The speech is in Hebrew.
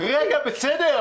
רגע, בסדר.